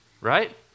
right